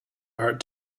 art